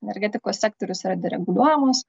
energetikos sektorius yra direguliuojamas